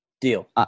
Deal